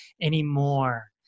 anymore